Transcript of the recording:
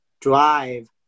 drive